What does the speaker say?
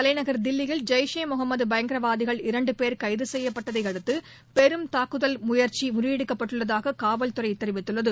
தலைநகர் ஐய்ஷே முகமதுபயங்கரவாதிகள் இரண்டுபோ் கைதுசெய்யப்பட்டதைஅடுத்துபெரும் தாக்குதல் முயற்சிமுறியடிக்கப்பட்டுள்ளதாககாவல்துறைதெரிவித்துள்ளது